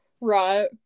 Right